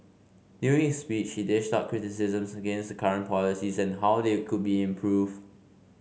during his speech he dished out criticisms against the current policies and how they could be improved